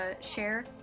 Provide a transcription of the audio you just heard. share